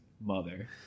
mother